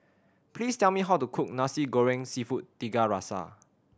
please tell me how to cook Nasi Goreng Seafood Tiga Rasa